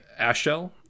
Ashell